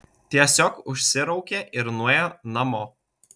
tiesiog užsiraukė ir nuėjo namo